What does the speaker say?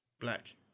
Black